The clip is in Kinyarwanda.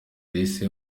yahise